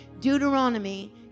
Deuteronomy